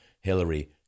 Hillary